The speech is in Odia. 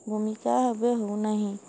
ଭୂମିକା ଏବେ ହଉ ନାହିଁ